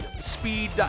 speed